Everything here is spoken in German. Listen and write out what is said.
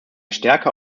stärker